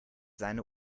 seine